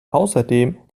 außerdem